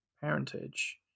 parentage